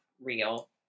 real